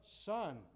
son